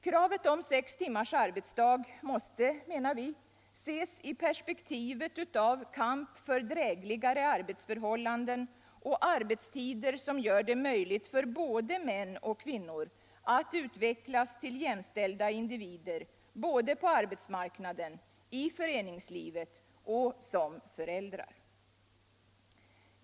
Kravet på sex timmars arbetsdag måste ses i perspektivet av kamp för drägligare arbetsförhållanden och arbetstider som gör det möjligt för både män och kvinnor att utvecklas till jämställda individer både på arbetsmarknaden, i föreningslivet och som föräldrar.